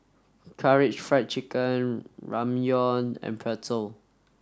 Karaage Fried Chicken Ramyeon and Pretzel